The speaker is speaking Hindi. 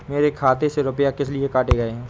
मेरे खाते से रुपय किस लिए काटे गए हैं?